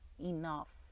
enough